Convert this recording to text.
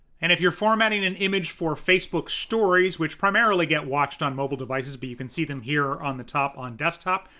and if you're formatting an image for facebook stories, which primarily get watched on mobile devices, but you can see them here on the top on desktop,